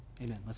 Amen